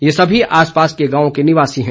यह सभी आसपास के गांवों के निवासी हैं